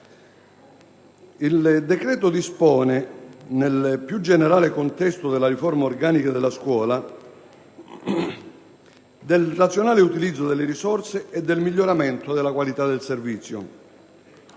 Il decreto dispone - nel più generale contesto della riforma organica della scuola, del razionale utilizzo delle risorse e del miglioramento della qualità del servizio